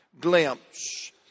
glimpse